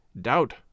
DOUBT